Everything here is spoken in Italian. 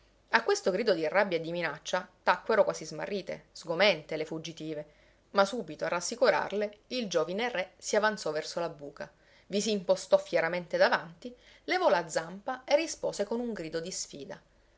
a questo grido di rabbia e di minaccia tacquero quasi smarrite sgomente le fuggitive ma subito a rassicurarle il giovine re si avanzò verso la buca vi s'impostò fieramente davanti levò la zampa e rispose con un grido di sfida